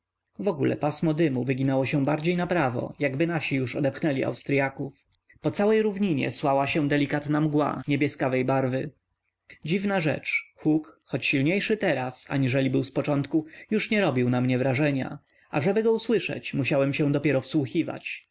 wogóle pasmo dymu wyginało się bardziej naprawo jakby nasi już odepchnęli austryaków po całej równinie słała się delikatna mgła niebieskawej barwy dziwna rzecz huk choć silniejszy teraz aniżeli był zpoczątku już nie robił na mnie wrażenia ażeby go słyszeć musiałem się dopiero wsłuchiwać